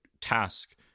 task